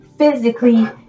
Physically